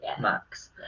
max